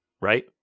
Right